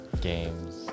Games